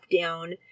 down